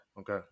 Okay